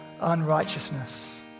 unrighteousness